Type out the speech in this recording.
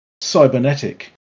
cybernetic